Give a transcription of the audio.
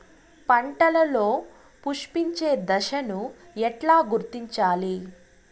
పంటలలో పుష్పించే దశను ఎట్లా గుర్తించాలి?